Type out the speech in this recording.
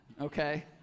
okay